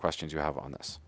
questions you have on